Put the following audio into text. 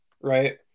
right